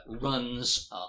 runs